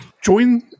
join